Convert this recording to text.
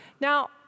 Now